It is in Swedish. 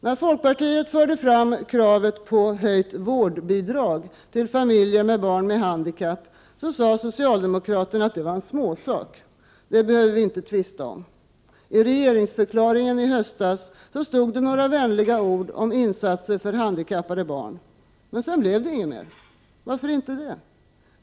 När folkpartiet förde fram kravet på en höjning av vårdbidraget till familjer med barn med handikapp, sade socialdemokraterna att det var en småsak; den behöver vi inte tvista om. I regeringsförklaringen i höstas stod några vänliga ord om insatser för handikappade barn. Men sedan blev det inget mer. Varför inte det?